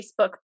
Facebook